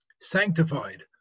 sanctified